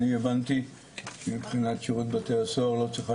אני הבנתי שמבחינת שירות בתי הסוהר לא צריכה